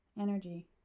energy